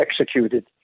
executed